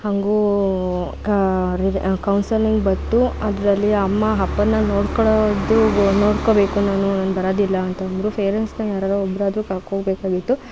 ಹಾಗೂ ಅವರಿಗೆ ಕೌನ್ಸಲಿಂಗ್ ಬಂತು ಅದರಲ್ಲಿ ಅಮ್ಮ ಅಪ್ಪನನ್ನು ನೋಡ್ಕೊಳ್ಳೋದು ನೋಡ್ಕೊಬೇಕು ನಾನು ನಾನು ಬರೋದಿಲ್ಲ ಅಂತ ಅಂದರು ಪೇರೆಂಟ್ಸ್ನಲ್ಲಿ ಯಾರಾದ್ರು ಒಬ್ಬರಾದ್ರೂ ಕರ್ಕೊಬೇಕಾಗಿತ್ತು